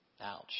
Ouch